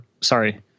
sorry